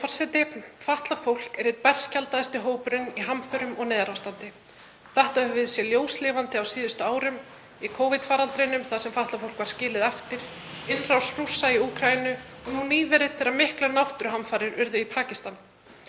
Virðulegi forseti. Fatlað fólk er einn berskjaldaðasti hópurinn í hamförum og neyðarástandi. Þetta höfum við séð ljóslifandi á síðustu árum; í Covid-faraldrinum þar sem fatlað fólk var skilið eftir í innrás Rússa í Úkraínu og nýverið þegar miklar náttúruhamfarir urðu í Pakistan.